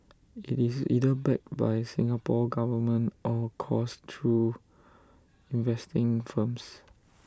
IT is either backed by Singapore Government or coursed through investing firms